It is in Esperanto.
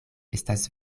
estas